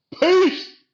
Peace